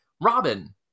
Robin